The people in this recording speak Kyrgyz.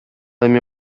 эми